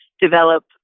develop